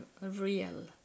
real